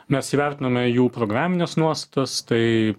mes įvertinome jų programines nuostatas tai